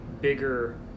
bigger